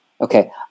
Okay